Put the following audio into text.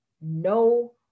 no